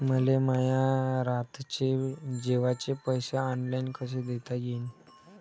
मले माया रातचे जेवाचे पैसे ऑनलाईन कसे देता येईन?